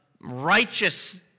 righteous